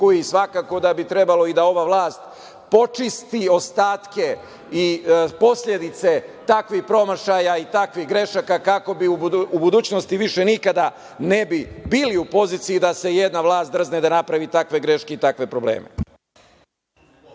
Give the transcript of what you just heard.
i svakako da bi trebalo i da ova vlast počisti ostatke i posledice takvih promašaja i takvih grešaka, kako u budućnosti više nikada ne bi bili u poziciji da se jedna vlast drzne da napravi takve greške i takve probleme.